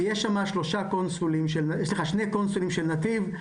ויש שם שני קונסולים של נתיב.